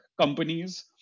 companies